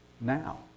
now